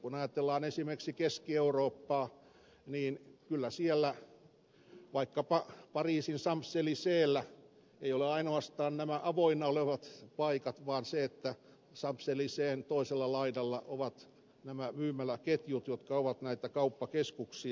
kun ajatellaan esimerkiksi keski eurooppaa niin vaikkapa pariisin champs elyseesllä ei ole ainoastaan näitä suoraan kadulle avoinna olevia paikkoja vaan siellä champs elyseesn toisella laidalla ovat nämä myymäläketjut jotka ovat näitä kauppakeskuksia